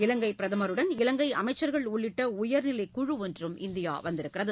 இலங்கை பிரதமருடன் இலங்கை அமைச்சர்கள் உள்ளிட்ட உயர்நிலை குழு ஒன்றும் இந்தியா வந்துள்ளது